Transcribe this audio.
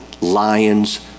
lion's